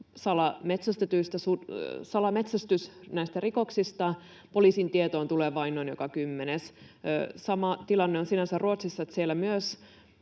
salametsästysrikoksista poliisin tietoon tulee vain noin joka kymmenes. Sama tilanne on sinänsä Ruotsissa,